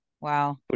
Wow